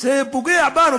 זה פוגע בנו,